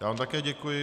Já vám také děkuji.